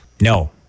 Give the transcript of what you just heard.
No